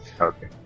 Okay